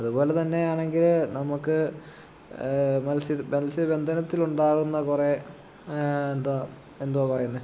അതുപോലെ തന്നെയാണെങ്കിൽ നമുക്ക് മൽസ്യ മൽസ്യബന്ധനത്തിനുണ്ടാകുന്ന കുറെ എന്താ എന്തുവാ പറയുന്നത്